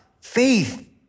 Faith